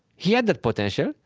he had the potential,